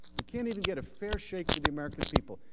we can't even get a fair shake for the american people.